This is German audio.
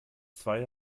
zwei